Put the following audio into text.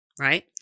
right